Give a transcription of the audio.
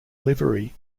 livery